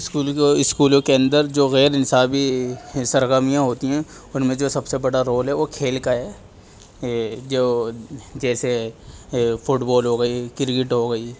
اسکولوں کو اسکولوں کے اندر جو غیر نصابی سرگرمیاں ہوتی ہیں اور ان میں سے جو سب سے بڑا رول ہے وہ کھیل کا ہے جو جیسے فٹ بال ہو گئی کرکٹ ہو گئی